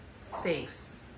safes